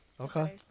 Okay